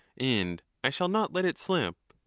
and i shall not let it slip,